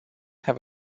have